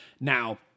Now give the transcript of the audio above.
Now